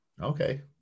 okay